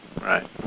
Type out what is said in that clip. Right